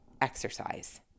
exercise